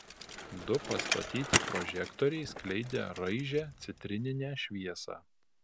du pastatyti prožektoriai skleidė raižią citrininę šviesą